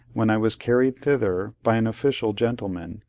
when i was carried thither by an official gentleman,